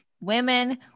women